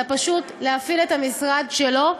אלא פשוט להפעיל את המשרד שלו.